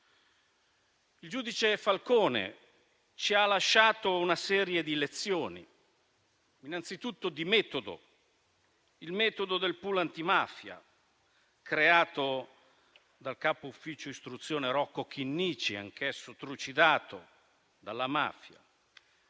Il giudice Falcone ci ha lasciato una serie di lezioni, innanzitutto di metodo: il metodo del *pool* antimafia, creato dal capo dell'ufficio istruzione, Rocco Chinnici, anch'egli trucidato dalla mafia.